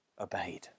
obeyed